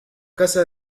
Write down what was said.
casa